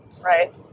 Right